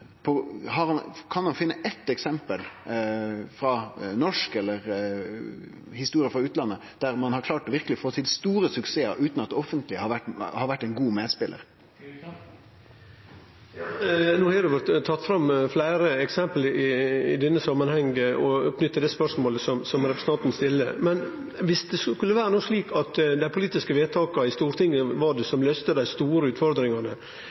Kan han finne eitt eksempel frå Noreg eller utlandet der ein har klart å få til store suksessar utan at det offentlege har vore ein god medspelar? No har det blitt tatt fram fleire eksempel i denne samanhengen knytt til det spørsmålet som representanten stiller. Men viss det no skulle vere slik at det var dei politiske vedtaka i Stortinget som løyste dei store utfordringane: